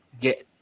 get